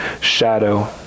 shadow